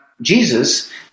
Jesus